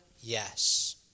Yes